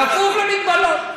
כפוף למגבלות.